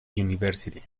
university